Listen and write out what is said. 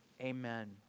Amen